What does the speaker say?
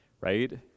right